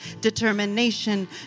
determination